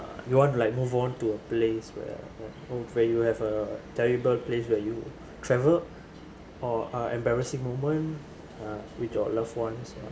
you want to like move on to a place where where you have a terrible place where you travel or uh embarrassing moment uh with your loved ones